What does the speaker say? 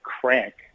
crank